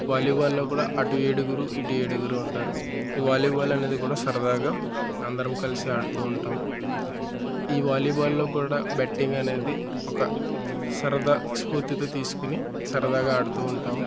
వాలీబాల్లో కూడా అటు ఏడుగురు ఇటు ఏడుగురు ఉంటారు ఈ వాలీబాల్ అనేది కూడా సరదాగా అందరం కలిసి ఆడుతూ ఉంటాము ఈ వాలీబాల్లో కూడా బెట్టింగ్ అనేది ఒక సరదా స్ఫూర్తితో తీసుకొని సరదాగా ఆడుతూ ఉంటాము